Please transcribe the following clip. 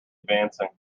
advancing